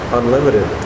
unlimited